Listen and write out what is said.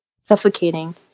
suffocating